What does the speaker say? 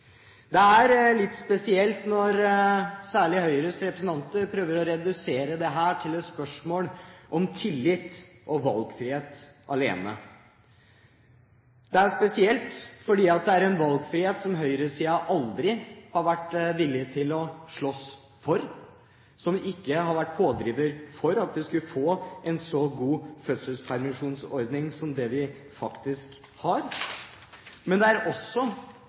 Det er litt spesielt når særlig Høyres representanter prøver å redusere dette til et spørsmål om tillit og valgfrihet alene. Det er spesielt fordi det er en valgfrihet som høyresiden aldri har vært villig til å slåss for, de har ikke vært pådriver for at vi skulle få en så god fødselspermisjonsordning som det vi faktisk har. Men også å redusere menns innsats hjemme til et spørsmål om tillit er